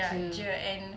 jer